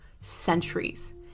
centuries